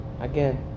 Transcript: Again